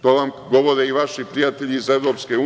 To vam govore i vaši prijatelji iz EU.